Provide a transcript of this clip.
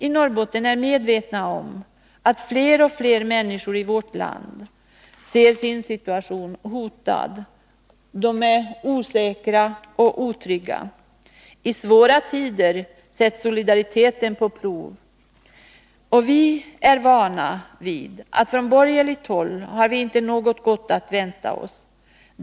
I Norrbotten är vi medvetna om att fler och fler människor i vårt land ser sin situation hotad. Människorna är osäkra och otrygga. I svåra tider sätts solidariteten på prov, och vi är vana vid att inte ha något gott att vänta oss från borgerligt håll.